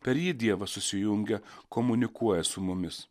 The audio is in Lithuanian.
per jį dievas susijungia komunikuoja su mumis